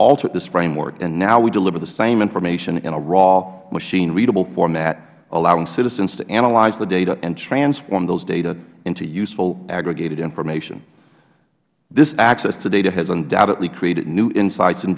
altered this framework and now we deliver the same information in a raw machine readable format allowing citizens to analyze the data and transform those data into useful aggregated information this access to data has undoubtedly created new insi